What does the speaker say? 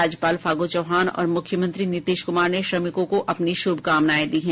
राज्यपाल फागू चौहान और मुख्यमंत्री नीतीश कुमार ने श्रमिकों को अपनी शुभकामनाएं दी है